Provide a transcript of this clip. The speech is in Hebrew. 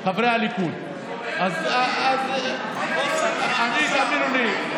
חברי הליכוד, אז אני, תאמינו לי,